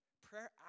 Prayer